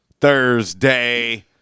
Thursday